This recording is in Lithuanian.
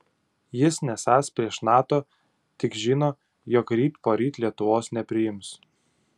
jis nesąs prieš nato tik žino jog ryt poryt lietuvos nepriims